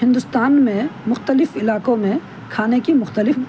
ہندوستان میں مختلف علاقوں میں کھانے کی مختلف